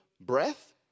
breath